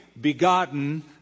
begotten